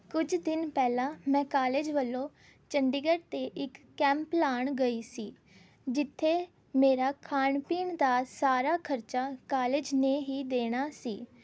ਕੁਝ ਦਿਨ ਪਹਿਲਾਂ ਮੈਂ ਕਾਲਜ ਵੱਲੋਂ ਚੰਡੀਗੜ੍ਹ ਤੇ ਇੱਕ ਕੈਂਪ ਲਾਉਣ ਗਈ ਸੀ ਜਿੱਥੇ ਮੇਰਾ ਖਾਣ ਪੀਣ ਦਾ ਸਾਰਾ ਖਰਚਾ ਕਾਲਜ ਨੇ ਹੀ ਦੇਣਾ ਸੀ